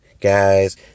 guys